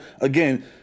again